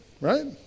Right